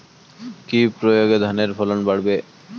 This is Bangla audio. কি প্রয়গে ধানের ফলন বাড়বে?